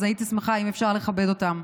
אז הייתי שמחה אם אפשר לכבד אותם,